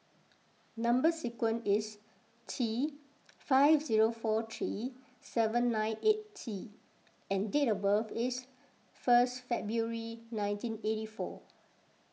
Number Sequence is T five zero four three seven nine eight T and date of birth is first February nineteen eight four